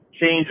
change